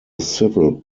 civil